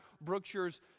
Brookshire's